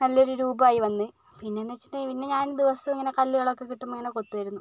നല്ലൊരു രൂപമായി വന്ന് പിന്നെയെന്ന് വെച്ചിട്ടുണ്ടെങ്കിൽ പിന്നെ ഞാൻ ദിവസവും ഇങ്ങനെ കല്ലുകളൊക്കെ കിട്ടുമ്പോൾ ഞാൻ കൊത്തുമായിരുന്നു